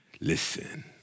Listen